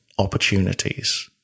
Opportunities